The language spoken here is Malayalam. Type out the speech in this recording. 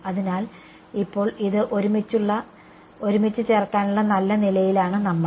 അതിനാൽ ഇപ്പോൾ ഇത് ഒരുമിച്ച് ചേർക്കാനുള്ള നല്ല നിലയിലാണ് നമ്മൾ